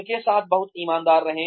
उनके साथ बहुत ईमानदार रहें